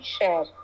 share